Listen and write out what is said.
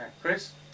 Chris